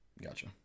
Gotcha